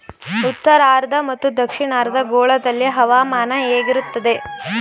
ಉತ್ತರಾರ್ಧ ಮತ್ತು ದಕ್ಷಿಣಾರ್ಧ ಗೋಳದಲ್ಲಿ ಹವಾಮಾನ ಹೇಗಿರುತ್ತದೆ?